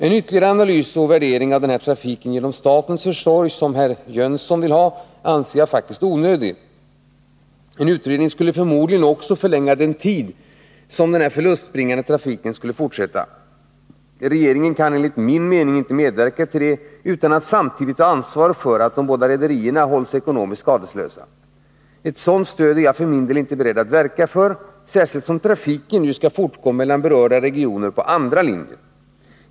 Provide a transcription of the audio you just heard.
En ytterligare analys och utvärdering av trafiken genom statens försorg, såsom Eric Jönsson efterlyser, anser jag onödig. En utredning skulle förmodligen också förlänga den tid som den förlustbringande trafiken skulle fortsätta. Regeringen kan enligt min mening inte medverka till detta utan att samtidigt ta ansvar för att de båda rederierna hålls ekonomiskt skadeslösa. Ett sådant stöd är jag för min del inte beredd att verka för, särskilt som trafiken avses fortgå mellan de berörda regionerna på andra linjer.